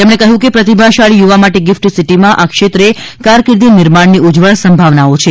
તેમણે કહ્યું કે પ્રતિભાશાળી યુવા માટે ગિફ્ટ સિટીમાં આ ક્ષેત્રે કારકિર્દી નિર્માણની ઉજ્જવળ સંભાવનાઓ છે